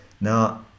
now